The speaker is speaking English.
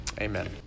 Amen